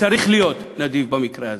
וצריך להיות נדיב במקרה הזה,